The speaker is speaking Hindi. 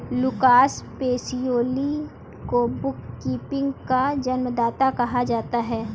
लूकास पेसियोली को बुक कीपिंग का जन्मदाता कहा जाता है